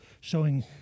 showing